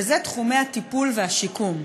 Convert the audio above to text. ואלה תחומי הטיפול והשיקום.